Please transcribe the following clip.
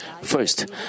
First